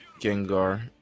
Gengar